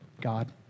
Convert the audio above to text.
God